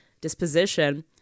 disposition